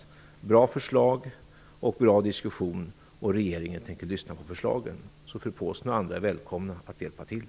Om det kommer bra förslag och en bra diskussion tänker regeringen lyssna. Fru Pålsson och andra är välkomna att hjälpa till.